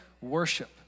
worship